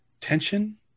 tension